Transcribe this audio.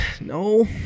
No